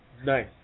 Nice